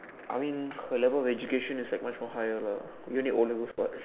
I mean her level of education is like much more higher lah we only have o-levels [what]